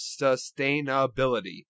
sustainability